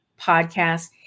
podcast